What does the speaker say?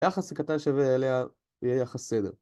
יחס קטן שווה אליה יחס סדר.